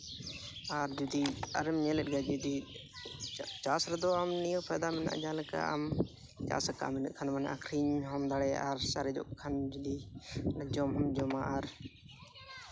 ᱟᱨ ᱡᱩᱫᱤ ᱟᱨᱮᱢ ᱧᱮᱞ ᱮᱫ ᱜᱮᱭᱟ ᱡᱩᱫᱤ ᱪᱟᱥ ᱨᱮᱫᱚ ᱱᱤᱭᱟᱹ ᱯᱷᱟᱭᱫᱟ ᱢᱮᱱᱟᱜᱼᱟ ᱡᱟᱦᱟᱸ ᱞᱮᱠᱟ ᱟᱢ ᱪᱟᱥ ᱠᱟᱜ ᱟᱢ ᱤᱱᱟᱹ ᱠᱷᱟᱱ ᱫᱚ ᱢᱟᱱᱮ ᱟᱹᱠᱷᱨᱤᱧ ᱦᱚᱸᱢ ᱫᱟᱲᱮᱭᱟᱜᱼᱟ ᱟᱨ ᱥᱟᱨᱮᱡᱚᱜ ᱠᱷᱟᱱ ᱡᱩᱫᱤ ᱡᱚᱢ ᱦᱚᱸᱢ ᱡᱚᱢᱟ ᱟᱨ